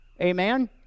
Amen